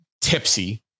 tipsy